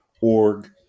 org